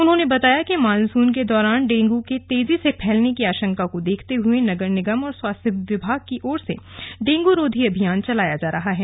उन्होंने बताया कि मानसुन के दौरान डेंगू के तेजी से फैलने की आशंका को देखते हुए नगर निगम और स्वास्थ्य विभाग की ओर से डेंगू रोधी अभियान चलाया जा रहा है